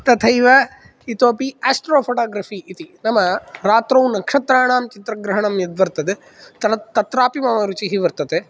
तथैव इतोऽपि astrophotography इति नाम रात्रौ नक्षत्राणां चित्रग्रहणं यद्वर्तते तत्रापि मम रुचिः वर्तते